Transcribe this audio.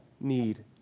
need